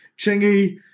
Chingy